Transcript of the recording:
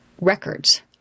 records